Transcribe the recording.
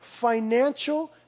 financial